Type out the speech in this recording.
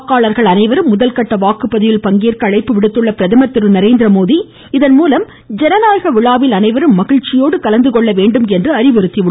வாக்காளர்கள் அனைவரும் முதல்கட்ட வாக்குபதிவில் பங்கேற்க அழைப்பு விடுத்துள்ள பிரதமர் இதன் மூலம் ஜனநாயக விழாவில் அனைவரும் மகிழ்ச்சியோடு கலந்துகொள்ள வேண்டும் என்று அறிவுறுத்தியுள்ளார்